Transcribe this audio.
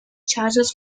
charges